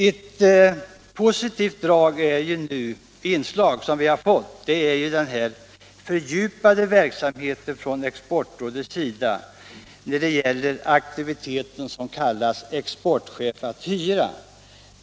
Ett positivt inslag i bilden är den fördjupade verksamhet från Exportrådets sida som tagit sig uttryck i den aktivitet som kallas ”Exportchef att hyra”.